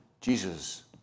Jesus